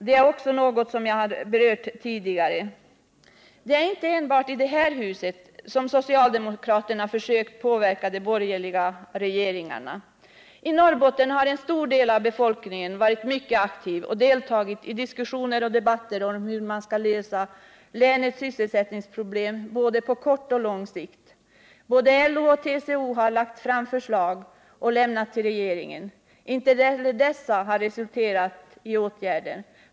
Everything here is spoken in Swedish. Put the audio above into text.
Det är inte enbart i det här huset som socialdemokraterna har försökt påverka de borgerliga regeringarna. I Norrbotten har en stor del av befolkningen varit mycket aktiv och deltagit i diskussioner och debatter om hur man skall lösa länets sysselsättningsproblem på både kort och lång sikt. Både LO och TCO har lagt fram förslag som lämnats till regeringen. Inte heller dessa har resulterat i åtgärder.